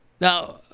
Now